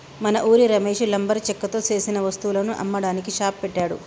మన ఉరి రమేష్ లంబరు చెక్కతో సేసిన వస్తువులను అమ్మడానికి షాప్ పెట్టాడు